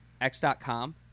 X.com